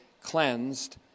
cleansed